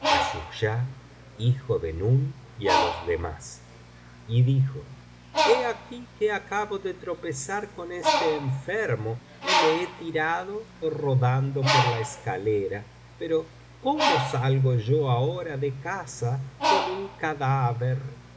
hijo de nun y á los demás y dijo he aquí que acabo de tropezar con este enfermo y le he tirado rodando por la escalera pero cómo salgo yo ahora de casa con un cadáver